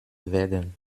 werden